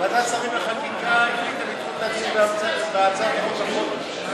ועדת שרים לחקיקה החליטה לדחות את הדיון בהצעת החוק בחודש.